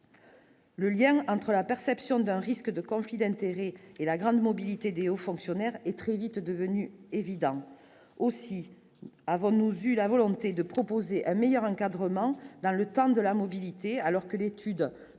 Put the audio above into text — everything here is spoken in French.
Le lien entre la perception d'un risque de conflit d'intérêt et la grande mobilité Déo fonctionnaires est très vite devenu évident aussi avant nous, eu la volonté de proposer un meilleur encadrement dans le temps de la mobilité, alors que l'étude